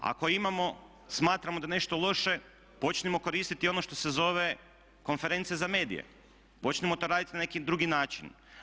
Ako imamo, smatramo da je nešto loše počnimo koristiti ono što se zove konferencija za medije, počnimo to raditi na neki drugi način.